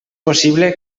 possible